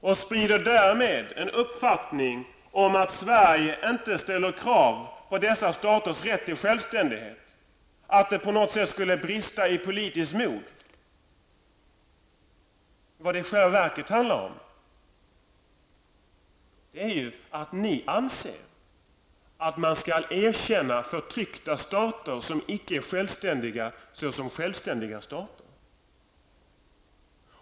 Ni sprider därmed uppfattningen att Sverige inte ställer krav på dessa länders rätt till självständighet och att det på något sätt skulle brista i politisk mod. Det handlar i själva verket om att ni anser att Sverige skall erkänna förtryckta stater som icke är självständiga såsom självständiga stater.